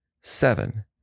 Seven